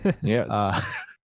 Yes